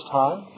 time